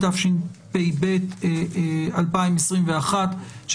התשפ"ב-2021 אנחנו,